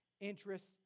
interests